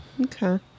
Okay